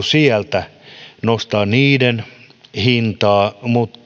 sieltä nostaa niiden hintaa